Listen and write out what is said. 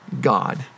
God